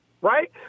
Right